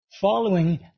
following